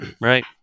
right